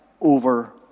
over